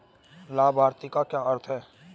लाभार्थी का क्या अर्थ है?